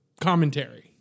commentary